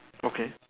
okay